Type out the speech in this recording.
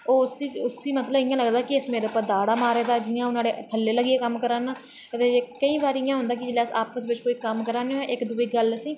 उसी लगदा कि इस मेरे उप्पर दाड़ा मारे दा ऐ जियां अऊं नोहाड़े थल्लै लग्गियै कम्म करा ना केईं बारी ऐसा होंदा कि अस आपस च कम्म करा दे होन ते इक दुए गी गल्ल असेंगी